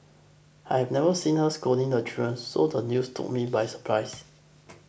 I have never seen her scolding the children so the news took me by surprise